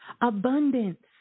abundance